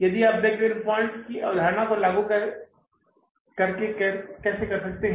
इसलिए आप break even points की अवधारणा को लागू करके कैसे कर सकते हैं